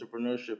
entrepreneurship